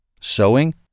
Sewing